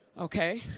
okay.